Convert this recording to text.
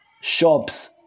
shops